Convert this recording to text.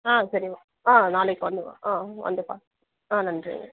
ஆ சரிங்க ஆ நாளைக்கு வந்து ஆ வந்து பா ஆ நன்றிங்க